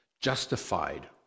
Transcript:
justified